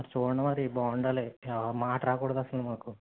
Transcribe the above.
చూడండి మరి బాగుండాలి మాట రాకూడదు అసలు మాకు